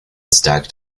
stacked